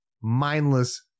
mindless